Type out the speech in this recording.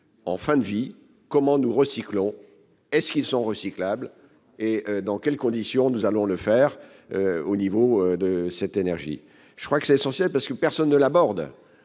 en fin de vie, comment nous recyclons et ceux qui sont recyclables et dans quelles conditions nous allons le faire au niveau de cette énergie, je crois que c'est essentiel parce que personne ne l'aborde,